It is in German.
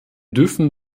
dürfen